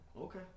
Okay